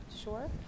Sure